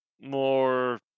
more